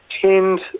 tend